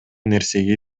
нерсеге